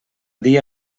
dia